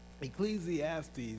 Ecclesiastes